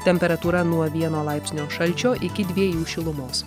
temperatūra nuo vieno laipsnio šalčio iki dviejų šilumos